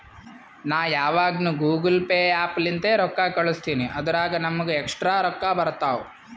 ನಾ ಯಾವಗ್ನು Google Pay app ಲಿಂತೇ ರೊಕ್ಕಾ ಕಳುಸ್ತಿನಿ ಅದುರಾಗ್ ನಮ್ಮೂಗ ಎಕ್ಸ್ಟ್ರಾ ರೊಕ್ಕಾ ಬರ್ತಾವ್